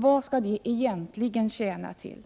Vad skall detta egentligen tjäna till?